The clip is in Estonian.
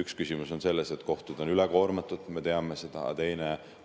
Üks küsimus on selles, et kohtud on üle koormatud, me teame seda. Teine